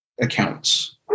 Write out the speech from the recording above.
accounts